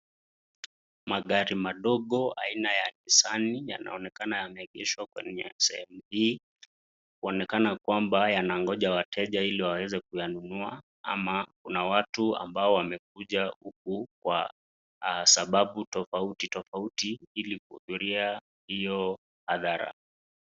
Magari madogo aina ya nisani yanaonekana yameegeshwa kwenye sehemu hii, kuonekana kwamba yanangoja wateja ili waweze kuyanunua ama kuna watu ambao wamekuja huku kwa sababu tofauti tofauti ili kuhudhuria hio hadhara.